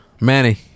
Manny